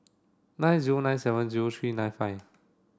nine zero nine seven zero three nine five